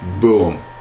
boom